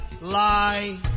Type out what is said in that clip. lie